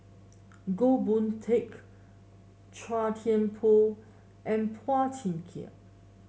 Goh Boon Teck Chua Thian Poh and Phua Thin Kiay